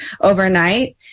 overnight